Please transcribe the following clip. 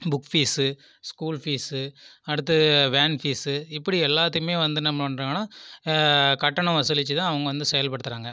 book fees school fees அடுத்து van fees இப்படி எல்லாத்தையுமே வந்து நம்ம என்ன பண்ணுறாங்கன்னா கட்டணம் வசூலிச்சுதான் அவங்க வந்து செயல்படுத்தறாங்க